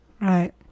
Right